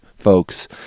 Folks